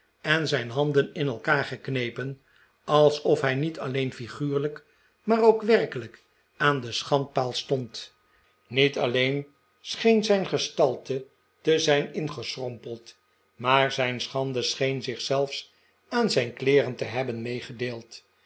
en zijn handen in elkaar geknepen alsof hij niet alleen figuurlijk maar ook werkelijk aan den schandpaal stond niet alleen scheen zijn gestalte te zijn ingeschrompeld maar zijn schande scheen zich zelfs aan zijn kleeren te hebben meegedeeld